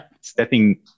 stepping